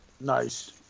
Nice